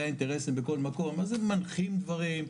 האינטרסים בכל מקום אז הם מנחים דברים,